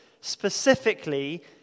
specifically